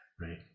Right